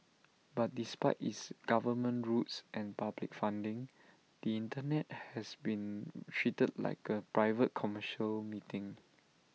but despite its government roots and public funding the Internet has been treated like A private commercial meeting